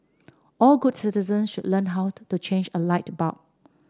all good citizens should learn how to change a light bulb